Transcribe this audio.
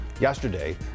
yesterday